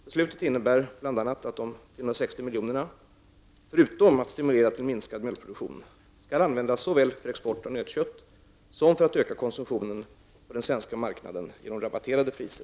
Beslutet innebär bl.a. att de 360 miljonerna -- förutom att stimulera till minskad mjölkproduktion -- skall användas såväl för export av nötkött som för att öka konsumtionen på den svenska marknaden genom rabatterade priser.